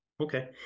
Okay